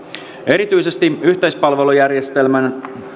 erityisesti näillä yhteispalvelujärjestelmään